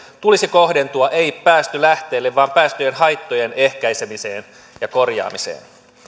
tulisi kohdentua ei päästölähteelle vaan päästöjen haittojen ehkäisemiseen ja korjaamiseen